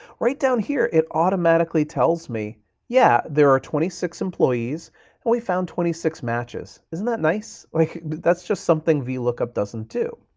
right down here, it automatically tells me yeah, there are twenty six employees and we found twenty six matches. isn't that nice? like that's just something vlookup doesn't do.